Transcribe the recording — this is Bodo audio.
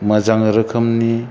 मोजां रोखोमनि